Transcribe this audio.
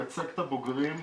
לייצג את הבוגרים,